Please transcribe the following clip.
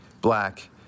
black